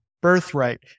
birthright